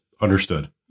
understood